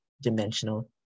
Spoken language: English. Dimensional